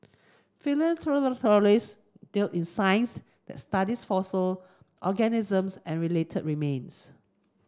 palaeontologists deal in science that studies fossil organisms and related remains